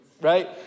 right